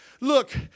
Look